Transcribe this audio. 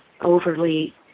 overly